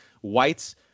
whites